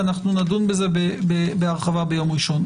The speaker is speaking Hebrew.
ונדון בזה בהרחבה ביום ראשון.